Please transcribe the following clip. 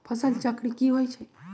फसल चक्र की होइ छई?